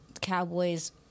cowboys